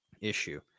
issue